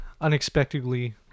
unexpectedly